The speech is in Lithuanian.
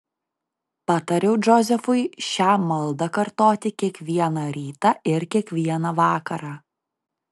patariau džozefui šią maldą kartoti kiekvieną rytą ir kiekvieną vakarą